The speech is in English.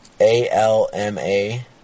A-L-M-A